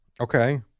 Okay